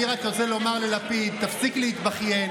אני רק רוצה לומר ללפיד: תפסיק להתבכיין.